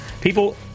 people